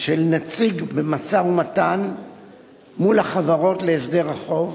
של נציג במשא-ומתן מול החברות להסדר החוב,